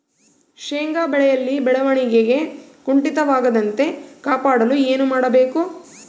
ಶೇಂಗಾ ಬೆಳೆಯಲ್ಲಿ ಬೆಳವಣಿಗೆ ಕುಂಠಿತವಾಗದಂತೆ ಕಾಪಾಡಲು ಏನು ಮಾಡಬೇಕು?